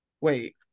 Wait